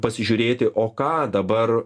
pasižiūrėti o ką dabar